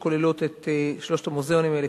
שכוללות את שלושת המוזיאונים האלה,